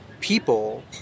people